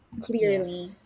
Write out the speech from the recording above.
clearly